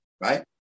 Right